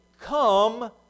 come